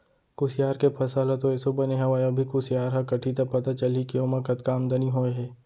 कुसियार के फसल ह तो एसो बने हवय अभी कुसियार ह कटही त पता चलही के ओमा कतका आमदनी होय हे